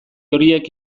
horiek